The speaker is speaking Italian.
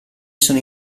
sono